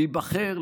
להיבחר,